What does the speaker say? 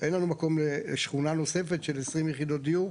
מקום לשכונה נוספת של 20 יחידות דיור,